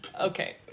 Okay